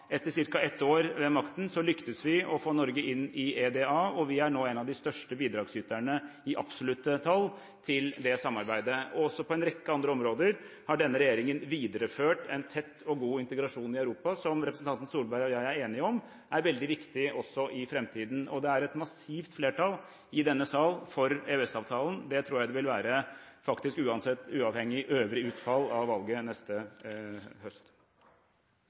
Etter ca. ett år ved makten lyktes vi å få Norge inn i EDA, og vi er nå en av de største bidragsyterne i absolutte tall til det samarbeidet. Også på en rekke andre områder har denne regjeringen videreført en tett og god integrasjon i Europa – som representanten Solberg og jeg er enige om er veldig viktig også i framtiden – og det er et massivt flertall i denne sal for EØS-avtalen. Det tror jeg det faktisk uansett vil være, uavhengig av øvrig utfall av valget neste høst.